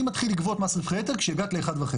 אני מתחיל לגבות מס רווחי יתר כשהגעת ל-1.5.